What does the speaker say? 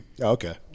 Okay